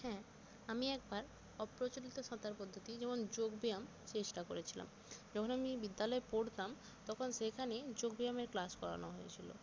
হ্যাঁ আমি একবার অপ্রচলিত সাঁতার পদ্ধতি যেমন যোগ ব্যায়াম চেষ্টা করেছিলাম যখন আমি বিদ্যালয়ে পড়তাম তখন সেখানে যোগ ব্যায়ামের ক্লাস করানো হয়েছিলো